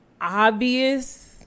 obvious